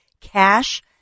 cash